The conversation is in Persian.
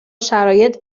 شرایط